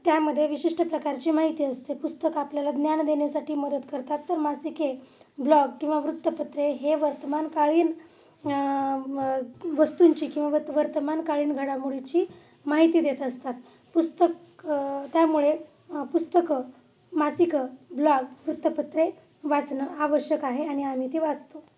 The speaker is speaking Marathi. त्यामध्ये विशिष्ट प्रकारची माहिती असते पुस्तक आपल्याला ज्ञान देण्यासाठी मदत करतात तर मासिके ब्लॉग किंवा वृत्तपत्रे हे वर्तमान कालीन वस्तूंची किंवा व वर्तमान कालीन घडामोडीची माहिती देत असतात पुस्तक त्यामुळे पुस्तकं मासिकं ब्लॉग वृत्तपत्रे वाचणं आवश्यक आहे आणि आम्ही ते वाचतो